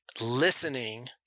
Listening